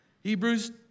Hebrews